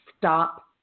stop